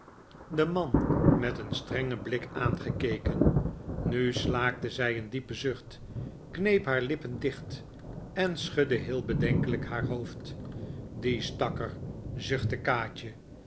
den man met een strengen blik aangekeken nu slaakte zij een diepen zucht kneep haar lippen dicht en schudde heel bedenkelijk haar hoofd die stakker zuchtte kaatje